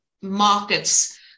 markets